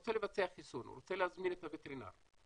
רוצה לבצע חיסון, הוא רוצה להזמין את הווטרינר,